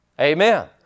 Amen